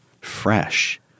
fresh